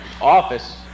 office